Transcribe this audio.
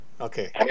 Okay